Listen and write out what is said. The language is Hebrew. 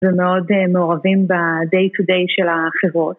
ומאוד אה... מעורבים בday to day של החברות.